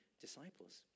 disciples